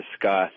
discuss